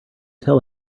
tell